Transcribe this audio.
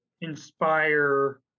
inspire